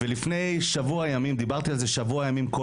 לפני שבוע ימים דיברתי על זה שבעה ימים כל